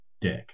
dick